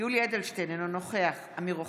יולי יואל אדלשטיין, אינו נוכח אמיר אוחנה,